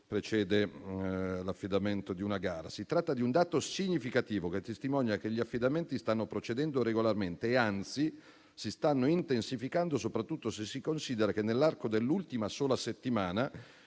precede l'affidamento). Si tratta di un dato significativo, che testimonia che gli affidamenti stanno procedendo regolarmente e, anzi, si stanno intensificando, soprattutto se si considera che, nell'arco dell'ultima sola settimana,